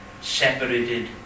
separated